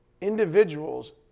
individuals